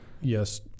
yes